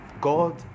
God